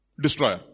destroyer